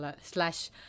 slash